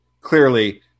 Clearly